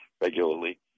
regularly